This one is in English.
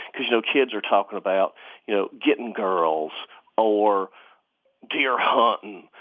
because you know kids are talking about you know getting girls or deer hunting,